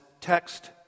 text